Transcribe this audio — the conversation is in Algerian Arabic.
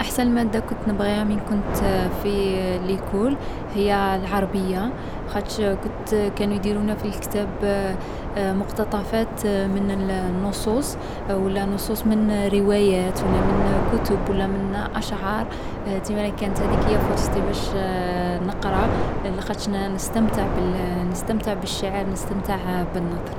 أحسن مادة كنت نبغيها من كنت في ليكول هي العربية، خاطش كنت كانو يديرو لينا في كتاب مقتطفات من الـ النصوص و لا نصوص من روايات و لا من كتب و لا من أشعار. تسمالا كانت هاذيك هي فرصتي باش نقرا لاخاطش نـ نستمتع بالـ نستمتع بالشعر، نستمتع بالنثر.